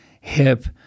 hip